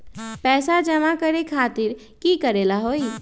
पैसा जमा करे खातीर की करेला होई?